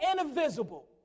invisible